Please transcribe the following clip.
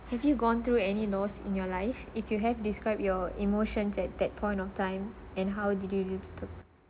have you gone through any loss in your life if you have describe your emotions at that point of time and how did you